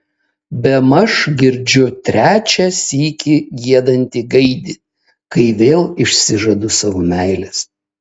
bemaž girdžiu trečią sykį giedantį gaidį kai vėl išsižadu savo meilės